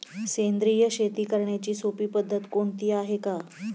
सेंद्रिय शेती करण्याची सोपी पद्धत कोणती आहे का?